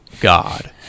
God